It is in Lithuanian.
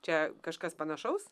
čia kažkas panašaus